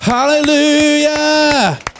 Hallelujah